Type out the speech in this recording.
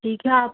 ठीक है आप